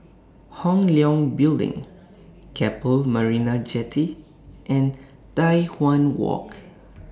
Hong Leong Building Keppel Marina Jetty and Tai Hwan Walk